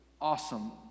awesome